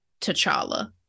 T'Challa